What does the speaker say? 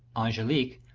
angelique,